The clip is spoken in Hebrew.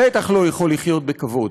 בטח לא יכול לחיות בכבוד.